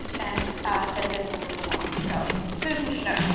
and and then we'll move along. so susan schnur!